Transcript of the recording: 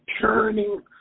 turning